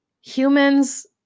humans